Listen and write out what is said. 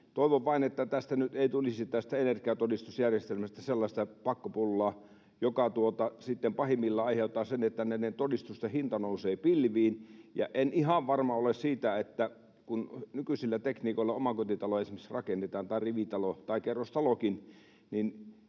Toivon vain, että tästä energiatodistusjärjestelmästä nyt ei tulisi sellaista pakkopullaa, joka sitten pahimmillaan aiheuttaa sen, että todistusten hinta nousee pilviin. Ja en ihan varma ole siitä, että... Kun nykyisillä tekniikoilla esimerkiksi omakotitalo rakennetaan — tai rivitalo tai kerrostalokin